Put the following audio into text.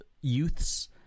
youths